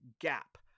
gap